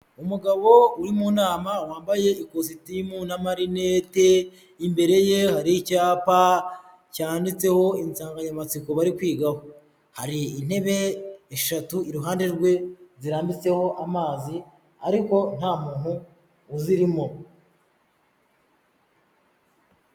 Umugabo uri mu nama wambaye ikositimu n'amarinete, imbere ye hari icyapa cyanditseho insanganyamatsiko bari kwigaho, hari intebe eshatu iruhande rwe zirambikeho amazi, ariko nta muntu uzirimo.